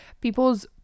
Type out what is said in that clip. people's